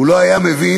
הוא לא היה מבין,